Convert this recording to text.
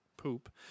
poop